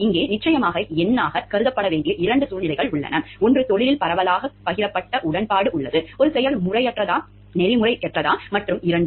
இங்கே நிச்சயமாக எண்ணாகக் கருதப்பட வேண்டிய இரண்டு சூழ்நிலைகள் உள்ளன ஒன்று தொழிலில் பரவலாகப் பகிரப்பட்ட உடன்பாடு உள்ளது ஒரு செயல் நெறிமுறையற்றதா மற்றும் இரண்டு